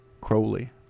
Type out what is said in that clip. Crowley